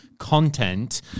content